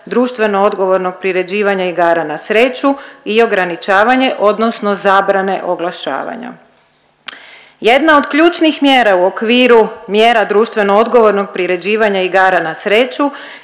društveno odgovornog priređivanja igara na sreću i ograničavanje odnosno zabrane oglašavanja. Jedna od ključnih mjera u okviru mjera društveno odgovornog priređivanja igara na sreću